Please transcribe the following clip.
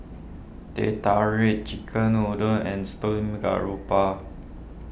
Teh Tarik Chicken Noodles and Steamed Garoupa